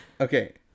Okay